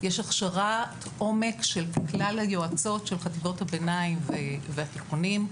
יש הכשרת עומק של כלל היועצות של חטיבות הביניים והתיכוניים,